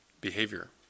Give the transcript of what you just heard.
Behavior